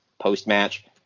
post-match